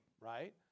right